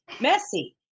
messy